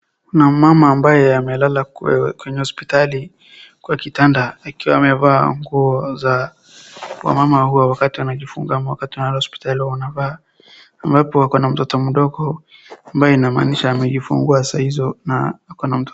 Kuna mama ambaye amelala kwenye hospitali, kwa kitanda akiwa amevaa nguo za wamama hua wakati wanajifunga ama wakati wanenda hospitali wanavaa. Ambapo ako na mtoto mdogo, ambaye inamaanisha amejifungua saa hizo na ako na mtoto.